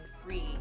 free